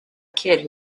kid